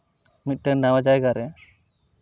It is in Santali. ᱢᱤᱫᱴᱟᱱ ᱱᱟᱣᱟ ᱡᱟᱭᱜᱟ ᱨᱮ